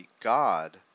God